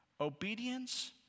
Obedience